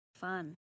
Fun